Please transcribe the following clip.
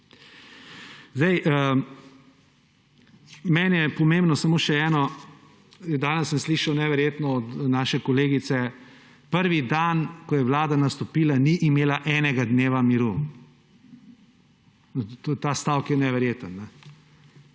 Zdaj, meni je pomembno samo še eno. Danes sem slišal neverjetno od naše kolegice, prvi dan, ko je vlada nastopila, ni imela enega dneva miru. Ta stavek je neverjeten.